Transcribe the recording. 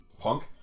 punk